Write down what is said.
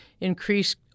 increase